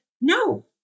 no